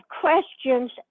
questions